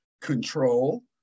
control